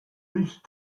least